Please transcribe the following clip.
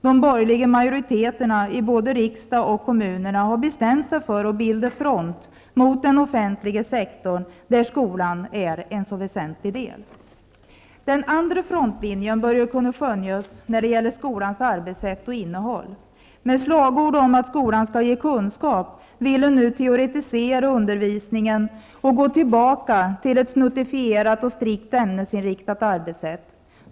De borgerliga majoriteterna i både riksdag och kommuner har bestämt sig för att bilda front mot den offentliga sektorn, där skolan är en väsentlig del. Den andra frontlinjen börjar kunna skönjas när det gäller skolans arbetssätt och innehåll. Med slagord om att skolan skall ge kunskap vill man teoretisera undervisningen och gå tillbaka till ett snuttifierat och strikt ämnesinriktat arbetssätt.